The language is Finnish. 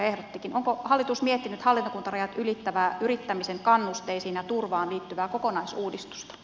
onko hallitus miettinyt hallintokuntarajat ylittävää yrittämisen kannusteisiin ja turvaan liittyvää kokonaisuudistusta